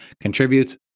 contributes